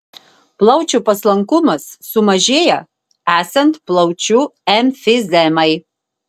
plaučių paslankumas sumažėja esant plaučių emfizemai